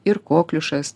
ir kokliušas